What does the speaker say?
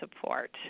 support